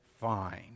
fine